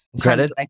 credit